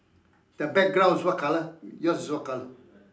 the background is that colour yours is what colour